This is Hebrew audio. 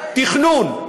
תכנון.